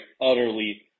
utterly